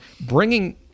bringing